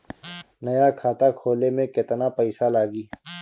नया खाता खोले मे केतना पईसा लागि?